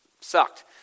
sucked